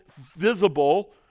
visible